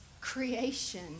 creation